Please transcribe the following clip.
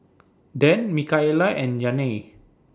Dan Mikaila and Janae